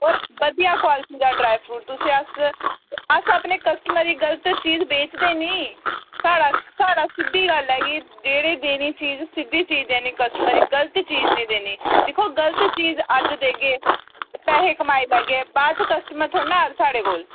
होर बधिया क्वालिटी दा ड्राई फ्रूट तुसें अस अस अपने कस्टमर गी गलत चीज बेचदे नी साढ़ा साढ़ा सिद्धी गल्ल ऐ कि जेह्ड़ी देनी चीज सिद्धे चीज देनी कस्टमर गी गलत चीज़ नि देनी दिक्खो गलत चीज अज्ज देगे पैहे् कमाई लैगे बाद च कस्टमर थोह्ड़ी न आह्ग साढ़े कोल